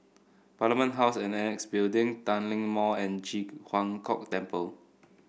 Parliament House and Annexe Building Tanglin Mall and Ji Huang Kok Temple